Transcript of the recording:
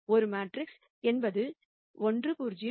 ஒரு மேட்ரிக்ஸ் என்பது 1 0 2 0 3 1